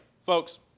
folks